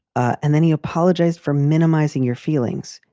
and then he apologized for minimizing your feelings.